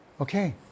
okay